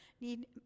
need